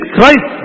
Christ